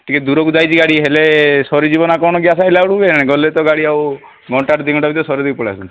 ଟିକେ ଦୂରକୁ ଯାଇଛି ଗାଡ଼ି ହେଲେ ସରିଯିବ ନା କ'ଣ ଗ୍ୟାସ୍ ଆସିଲାବେଳକୁ ଗଲେ ତ ଗାଡ଼ି ଆଉ ଘଣ୍ଟାଟି ଦୁଇ ଘଣ୍ଟା ଭିତରେ ସରେଦେଇକି ପଳାଆସନ୍ତା